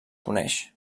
coneix